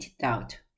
doubt